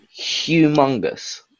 humongous